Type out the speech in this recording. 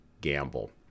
gamble